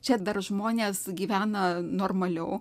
čia dar žmonės gyvena normaliau